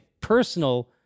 personal